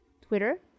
Twitter